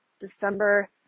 December